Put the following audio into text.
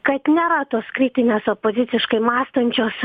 kad nėra tos kritinės opoziciškai mąstančios